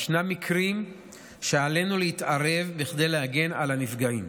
יש מקרים שעלינו להתערב כדי להגן על הנפגעים,